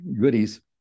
goodies